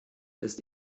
ist